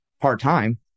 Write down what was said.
part-time